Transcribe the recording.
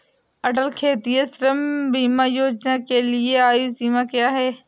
अटल खेतिहर श्रम बीमा योजना के लिए आयु सीमा क्या है?